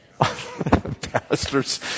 Pastors